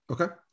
Okay